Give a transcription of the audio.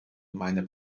meiner